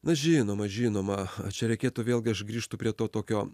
na žinoma žinoma čia reikėtų vėlgi aš grįžtu prie to tokio